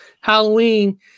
Halloween